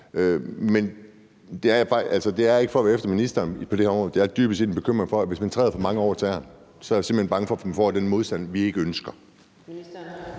Det er ikke for at være efter ministeren på det her område; det er dybest set en bekymring for, at hvis man træder for mange over tæerne, får man den modstand, vi ikke ønsker.